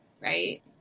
right